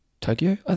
Tokyo